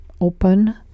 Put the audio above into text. open